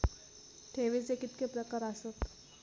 ठेवीचे कितके प्रकार आसत?